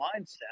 mindset